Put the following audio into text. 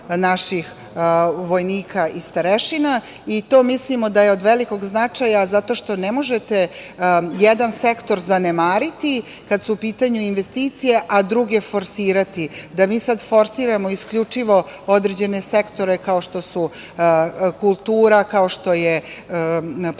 naših vojnika i starešina i to mislimo da je od velikog značaja zato što ne možete jedan sektor zanemariti kad su u pitanju investicije a druge forsirati, da mi sad forsiramo isključivo određene sektore kao što su kultura, kao što je prosveta,